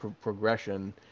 progression